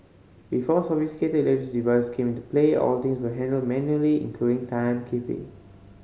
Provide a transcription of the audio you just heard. before sophisticated device came into play all things were handled manually including timekeeping